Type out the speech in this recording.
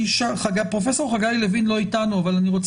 דרך אגב,